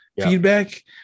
Feedback